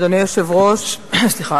אדוני היושב-ראש, סליחה.